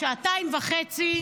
שעתיים וחצי,